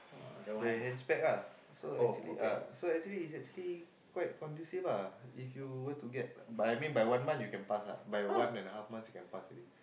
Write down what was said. the hatch pack ah so actually ah so actually is actually quite conducive ah if you were to get but I mean by one month you can pass ah by one and a half month you can pass already